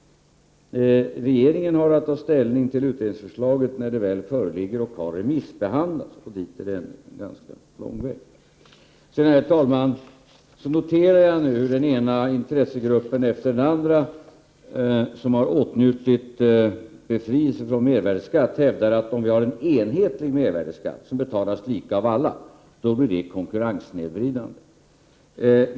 Regeringen har att ta ställning till utredningsförslaget när det väl föreligger och har remissbehandlats, och till dess är det en ganska lång väg. Vidare, herr talman, noterar jag nu hur den ena intressegruppen efter den andra som har åtnjutit befrielse från mervärdeskatt hävdar, att om vi har en enhetlig mervärdeskatt som betalas lika av alla, får det en konkurrenssnedvridande effekt.